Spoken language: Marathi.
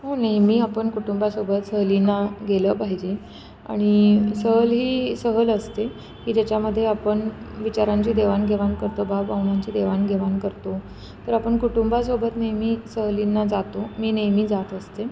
हो नेहमी आपण कुटुंबासोबत सहलींना गेलं पाहिजे आणि सहल ही सहल असते की ज्याच्यामध्ये आपण विचारांची देवाणघेवाण करतो भावभावनांची देवाणघेवाण करतो तर आपण कुटुंबासोबत नेहमी सहलींना जातो मी नेहमी जात असते